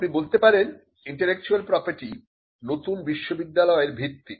আপনি বলতে পারেন ইন্টেলেকচুয়াল প্রপার্টি নতুন বিশ্ববিদ্যালয়ের ভিত্তি